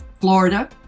Florida